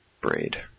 Braid